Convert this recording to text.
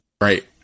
Right